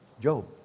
Job